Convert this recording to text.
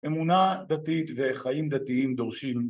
אמונה דתית וחיים דתיים דורשים.